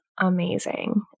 Amazing